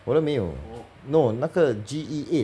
我的没有 no 那个 G_E eight